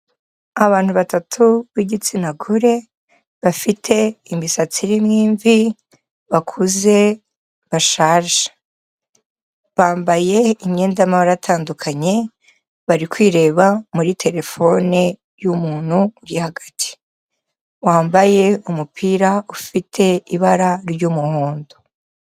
Abantu batatu b'igitsina gore bafite imisatsi irimo imvi bakuze bashaje, bambaye imyenda y'amabara atandukanye bari kwireba muri terefone y'umuntu uri hagati wambaye umupira ufite ibara ry'umuhondo.